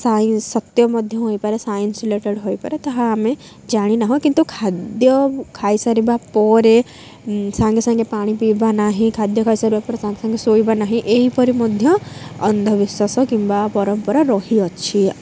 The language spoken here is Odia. ସାଇନ୍ସ ସତ୍ୟ ମଧ୍ୟ ହୋଇପାରେ ସାଇନ୍ସ ରିଲେଟେଡ଼୍ ହୋଇପାରେ ତାହା ଆମେ ଜାଣି ନାହୁଁ କିନ୍ତୁ ଖାଦ୍ୟ ଖାଇ ସାରିବା ପରେ ସାଙ୍ଗେ ସାଙ୍ଗେ ପାଣି ପିଇବା ନାହିଁ ଖାଦ୍ୟ ଖାଇ ସାରିବା ପରେ ସାଙ୍ଗେ ସାଙ୍ଗେ ଶୋଇବା ନାହିଁ ଏହିପରି ମଧ୍ୟ ଅନ୍ଧବିଶ୍ୱାସ କିମ୍ବା ପରମ୍ପରା ରହିଅଛି